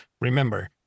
Remember